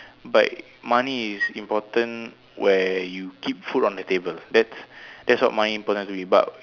but money is important where you keep food on the table that's that's what money important to me but